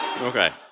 okay